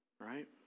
Right